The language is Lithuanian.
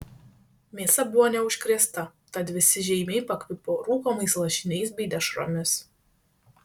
mėsa buvo neužkrėsta tad visi žeimiai pakvipo rūkomais lašiniais bei dešromis